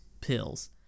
pills